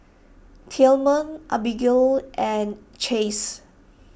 Tillman Abigale and Chace